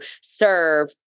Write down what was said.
serve